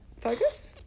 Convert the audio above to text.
focus